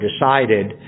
decided